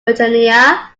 virginia